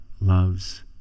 loves